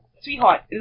sweetheart